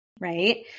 right